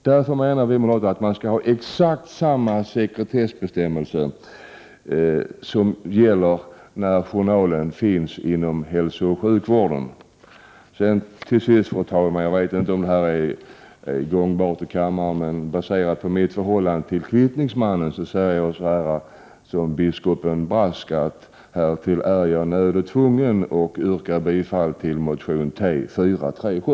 Därför menar vi moderater att man skall ha exakt samma sekretessbestämmelser när journalen finns hos körkortsmyndigheten som när journalen finns inom hälsooch sjukvården. Till sist, fru talman: Jag vet inte om det är gångbart i kammaren, men baserat på mitt förhållande till kvittningsmannen säger jag som biskop Brask —- Härtill är jag nödd och tvungen” — när jag nu yrkar bifall till motion T437.